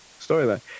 storyline